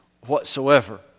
whatsoever